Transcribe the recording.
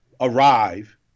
arrive